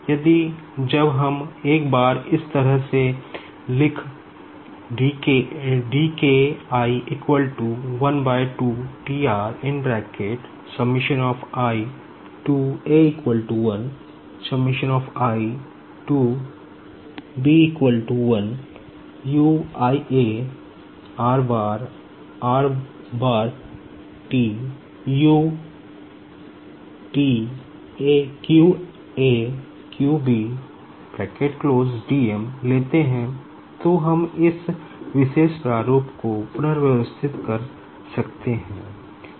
यदि जब हम एक बार इस तरह से लिख लेते हैं तो हम इस विशेष प्रारूप को पुनर्व्यवस्थित कर सकते हैं